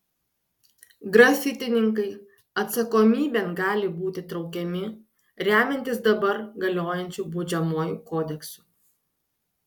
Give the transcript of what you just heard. grafitininkai atsakomybėn gali būti traukiami remiantis dabar galiojančiu baudžiamuoju kodeksu